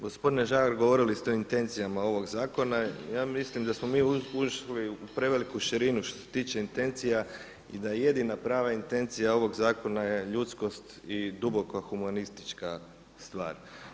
Gospodine Žagar, govorili ste o intencijama ovog zakona i ja mislim da smo mi ušli u preveliku širinu što se tiče intencija i da je jedina pravna intencija ovog zakona je ljudskost i duboko humanistička stvar.